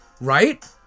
right